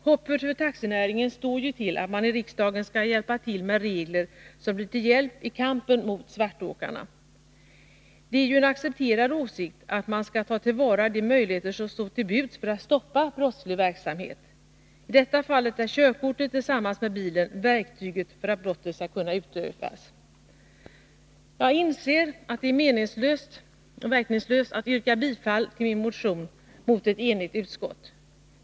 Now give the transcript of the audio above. Hoppet för taxinäringen står ju till att man i riksdagen skall medverka till att utforma regler som blir till hjälp i kampen mot svartåkarna. Det är ju en accepterad åsikt att man skall ta till vara de möjligheter som står till buds för att stoppa brottslig verksamhet. I detta fall är körkortet tillsammans med bilen verktygen för att brottet skall kunna utövas. Jaginser att det är verkningslöst att yrka bifall till min motion mot ett enigt utskott.